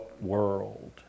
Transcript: world